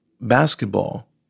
basketball